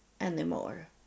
anymore